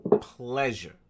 pleasure